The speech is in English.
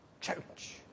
church